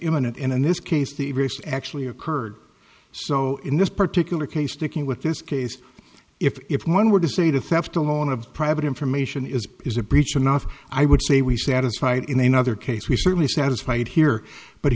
imminent and in this case the race actually occurred so in this particular case sticking with this case if one were to say to theft a lot of private information is is a breach enough i would say we satisfied in another case we certainly satisfied here but